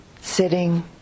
sitting